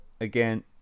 again